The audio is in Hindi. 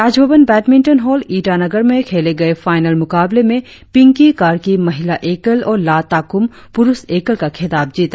राजभवन बैडमिंटन हॉल ईटानगर में खेले गए फाईनल मुकाबलों में पिंकी कार्की महिला एकल और ला ताकुम पुरुष एकल का खिताब जीता